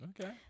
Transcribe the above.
Okay